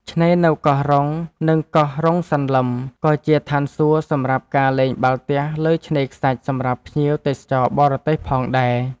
ឆ្នេរនៅកោះរ៉ុង និងកោះរ៉ុងសន្លឹម ក៏ជាឋានសួគ៌សម្រាប់ការលេងបាល់ទះលើឆ្នេរខ្សាច់សម្រាប់ភ្ញៀវទេសចរបរទេសផងដែរ។